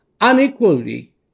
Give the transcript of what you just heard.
unequally